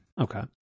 Okay